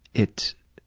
it